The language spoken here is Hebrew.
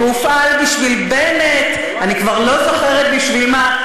והופעל בשביל בנט, אני כבר לא זוכרת בשביל מה.